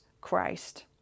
Christ